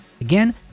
Again